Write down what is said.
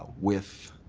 ah with